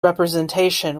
representation